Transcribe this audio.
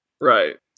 right